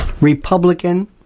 Republican